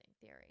theory